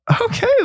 Okay